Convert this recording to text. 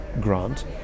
grant